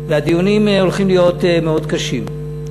והדיונים הולכים להיות מאוד קשים.